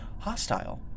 hostile